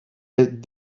est